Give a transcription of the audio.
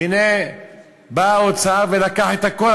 הנה בא האוצר ולקח את הכול.